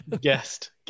Guest